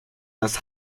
des